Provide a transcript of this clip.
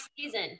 season